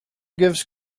gives